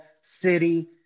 city